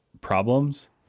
problems